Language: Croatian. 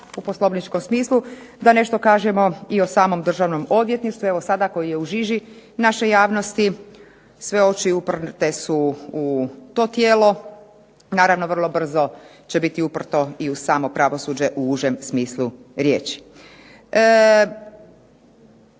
u poslovničkom smislu da nešto kažemo i o samom Državnom odvjetništvu evo sada koji je u žiži naše javnosti. Sve oči uprte su u to tijelo. Naravno vrlo brzo će biti uprto i u samo pravosuđe u užem smislu riječi.